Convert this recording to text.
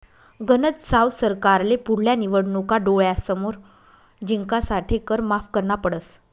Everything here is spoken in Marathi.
गनज साव सरकारले पुढल्या निवडणूका डोळ्यासमोर जिंकासाठे कर माफ करना पडस